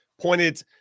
pointed